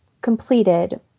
completed